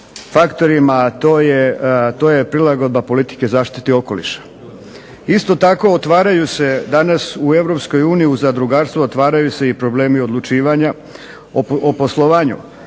faktorima, a to je prilagodba politike zaštite okoliša. Isto tako, otvaraju se danas u Europskoj uniji u zadrugarstvu otvaraju se i problemi odlučivanja o poslovanju.